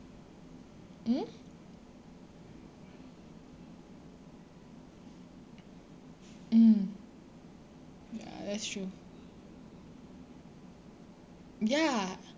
mm mm ya that's true ya